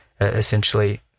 essentially